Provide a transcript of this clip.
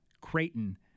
Creighton